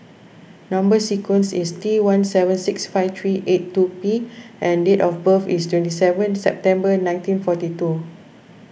Number Sequence is T one seven six five three eight two P and date of birth is twenty seven September nineteen forty two